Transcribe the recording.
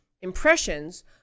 impressions